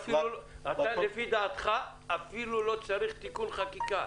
לפי דעתך אפילו לא צריך תיקון חקיקה.